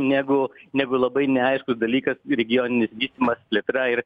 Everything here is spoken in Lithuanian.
negu negu labai neaiškus dalykas regioninis vystymas plėtra ir